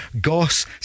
Goss